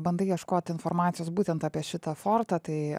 bandai ieškoti informacijos būtent apie šitą fortą tai